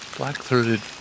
black-throated